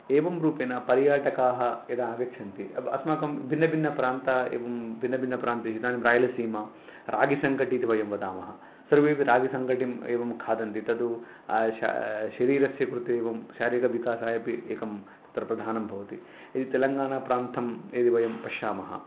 एवं रूपेण पर्यटकाः यदा आगच्छन्ति अ अस्माकं भिन्नभिन्नप्रान्ताः एवं भिन्नभिन्नप्रान्तः इदानीं रायलसीमा रागिसङ्कटि इति वयं वदामः सर्वेपि रागिसङ्कटिं एवं खादन्ति तद् शरीरस्य कृते एवं शारीरविकासाय अपि एकम् अत्र प्रधानं भवति तेलङ्गानाप्रान्तं यदि वयं पश्यामः